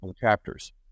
chapters